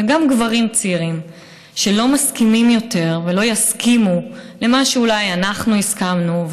וגם גברים צעירים שלא מסכימים יותר ולא יסכימו למה שאולי אנחנו הסכמנו,